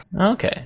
Okay